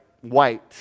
White